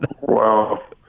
Wow